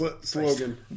slogan